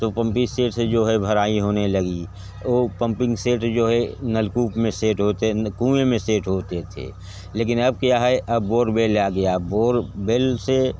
तो पम्पीसेट से जो है भराई होने लगी ओ पमपिंगसेट जो है नलकूप मे सेट होते है कुएँ में सेट होते थे लेकिन अब क्या है अब बोरेबेल आ गया है बोरबेल से